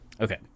Okay